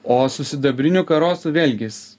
o su sidabriniu karosu vėlgi jis